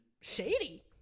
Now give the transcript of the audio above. Shady